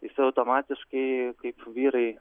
jis automatiškai kaip vyrai